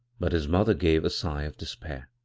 but his mother gave a sigh of despair.